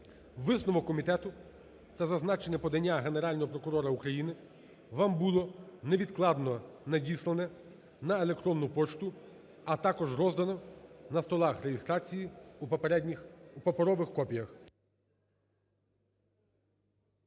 Висновок комітету та зазначене подання Генерального прокурора України вам було невідкладно надіслане на електронну пошту, а також роздано на столах реєстрації у паперових копіях.